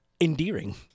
Endearing